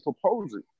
proposing